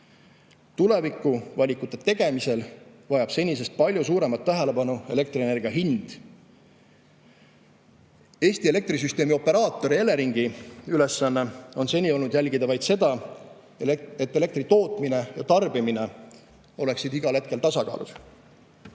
Tulevikuvalikute tegemisel vajab senisest palju suuremat tähelepanu elektrienergia hind. Eesti elektrisüsteemi operaatori Eleringi ülesanne on seni olnud jälgida vaid seda, et elektri tootmine ja tarbimine oleksid igal hetkel tasakaalus.